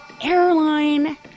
airline